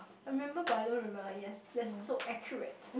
I remember but I don't remember yes that's so accurate